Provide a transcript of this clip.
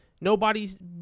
Nobody's